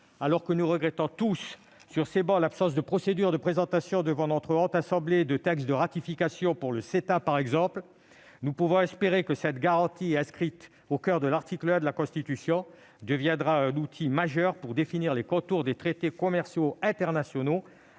alors que nous regrettons tous sur ces travées l'absence de procédures de présentation, devant la Haute Assemblée, d'un texte portant ratification du CETA, par exemple, nous pouvons espérer que cette garantie inscrite au coeur de l'article 1 de la Constitution deviendra un outil majeur pour définir les contours de traités commerciaux internationaux